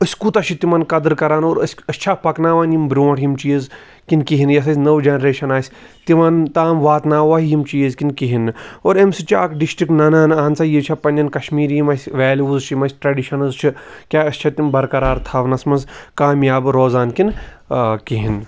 أسۍ کوٗتاہ چھِ تِمَن قَدر کَران اور أسۍ أسۍ چھا پَکناوان یِم برونٛٹھ یِم چیٖز کِنہ کِہیٖنہٕ یۄس اَسہِ نٔو جَنریشَن آسہِ تِمَن تام واتناووَ یِم چیٖز کِنہٕ کِہیٖنۍ نہٕ اور یمہِ سۭتۍ چھِ اکھ ڈِسٹرک نَنان اَہَن سا یہِ چھ پَنٕنٮ۪ن کَشمیٖری یِم اَسہِ ویلیٚوز چھِ یِم اَسہِ ٹریٚڈِشَنٕز چھِ کیاہ أسۍ چھا تِم بَرقَرار تھاونَس مَنٛز کامیاب روزان کِنہٕ کِہِیٖنۍ نہٕ